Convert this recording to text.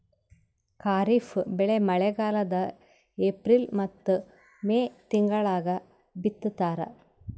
ಖಾರಿಫ್ ಬೆಳಿ ಮಳಿಗಾಲದಾಗ ಏಪ್ರಿಲ್ ಮತ್ತು ಮೇ ತಿಂಗಳಾಗ ಬಿತ್ತತಾರ